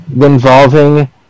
involving